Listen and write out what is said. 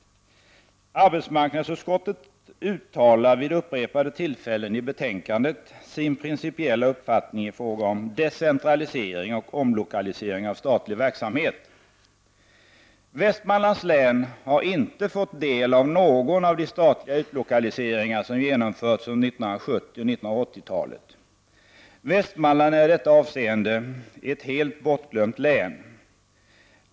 Arbetsmarknadsutskottet uttalar vid upprepane tillfällen i betänkandet sin principiella uppfattning i fråga om decentralisering och omlokalisering av statlig verksamhet. Västmanlands län har inte fått del av någon av de statliga utlokaliseringar som genomförts under 1970-1980-talen. Västmanland är i detta avseende ett helt bortglömt län.